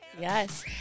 yes